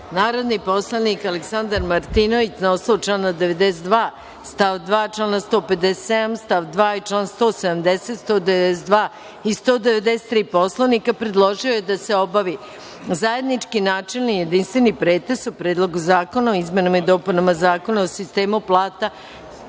predlog. Narodni poslanik Aleksadar Martinović, na osnovu člana 92. stav 2. člana 157. stav 2. i člana 170, 192. i 193. Poslovnika, predložio je da se obavi zajednički načelni jedinstveni pretres o: Predlogu zakona o izmenama i dopunama zakona o sistemu plata